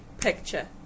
picture